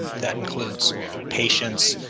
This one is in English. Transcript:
that includes patients,